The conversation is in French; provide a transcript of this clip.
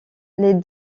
les